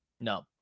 no